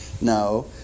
No